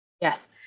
Yes